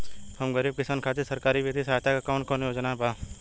हम गरीब किसान खातिर सरकारी बितिय सहायता के कवन कवन योजना बा?